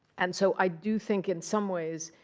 and so i do think, in some ways,